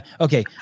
Okay